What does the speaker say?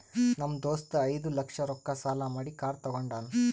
ನಮ್ ದೋಸ್ತ ಐಯ್ದ ಲಕ್ಷ ರೊಕ್ಕಾ ಸಾಲಾ ಮಾಡಿ ಕಾರ್ ತಗೊಂಡಾನ್